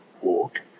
walk